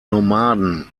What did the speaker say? nomaden